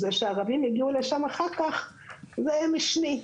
זה שהערבים הגיעו לשם אחר כך זה משני,